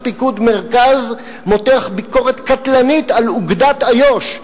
פיקוד מרכז מותח ביקורת קטלנית על אוגדת איו"ש,